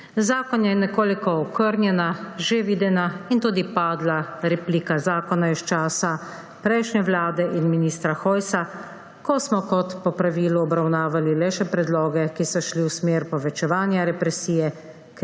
Zakon je nekoliko okrnjena, že videna in tudi padla replika zakona iz časa prejšnje vlade in ministra Hojsa, ko smo kot po pravilu obravnavali le še predloge, ki so šli v smer povečevanja represije,